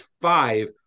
five